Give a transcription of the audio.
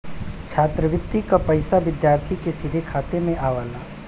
छात्रवृति क पइसा विद्यार्थी के सीधे खाते में आवला